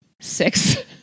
six